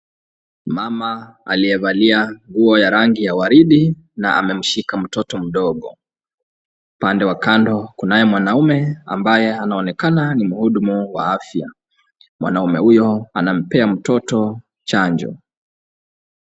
Mama aliyevalia nguo ya rangi ya waridi na amemshika mtoto mdogo. Upande wa kando kunaye mwanaume ambaye anaonekana ni mhudumu wa afya. Mwanaume huyo anampea mtoto chanjo.